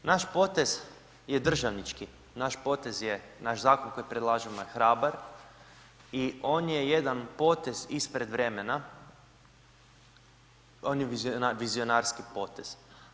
Naš potez je državnički, naš potez je naš zakon koji predlažemo je hrabar i on je jedan potez ispred vremena, on je vizionarski potez.